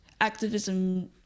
activism